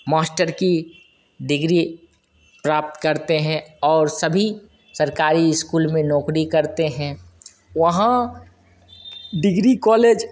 master की degree प्राप्त करते हैं और सभी सरकारी स्कूल में नौकरी करते हैं वहाँ डिग्री कॉलेज